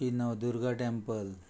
Shri Navdurga temple